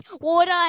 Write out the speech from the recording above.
water